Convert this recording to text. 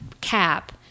cap